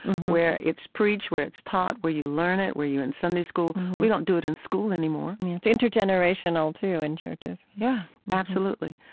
where it's preached, where it's taught, where you learn it, where you're in sunday school. we don't do it in school anymore yeah. it's inter-generational, too, in churches yeah. absolutely.